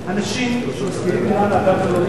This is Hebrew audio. של אנשים שמשכירים דירה במקום אחר.